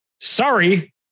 Sorry